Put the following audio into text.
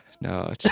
no